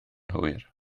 hwyr